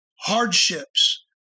hardships